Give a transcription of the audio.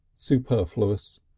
superfluous